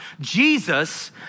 Jesus